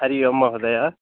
हरिः ओं महोदयः